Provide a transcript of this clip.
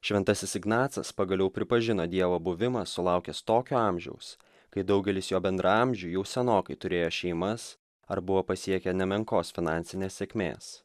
šventasis ignacas pagaliau pripažina dievo buvimą sulaukęs tokio amžiaus kai daugelis jo bendraamžių jau senokai turėjo šeimas ar buvo pasiekę nemenkos finansinės sėkmės